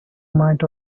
might